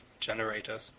generators